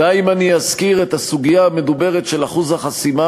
די אם אזכיר את הסוגיה המדוברת, של אחוז החסימה.